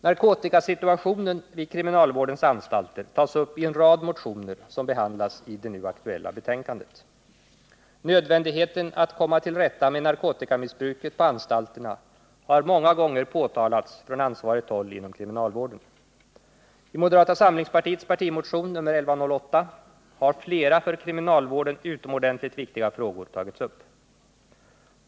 Narkotikasituationen vid kriminalvårdens anstalter tas upp i en rad motioner som behandlas i det nu aktuella betänkandet. Nödvändigheten att komma till rätta med narkotikamissbruket på anstalterna har många gånger påtalats från ansvarigt håll inom kriminalvården. I moderata samlingspartiets partimotion nr 1108 har flera för kriminalvården utomordentligt viktiga frågor tagits upp.